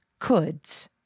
coulds